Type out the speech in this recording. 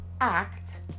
act